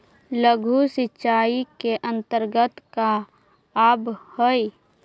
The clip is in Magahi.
लघु सिंचाई के अंतर्गत का आव हइ?